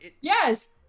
Yes